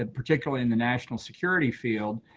ah particularly in the national security field,